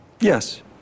yes